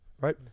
right